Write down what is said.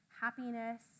happiness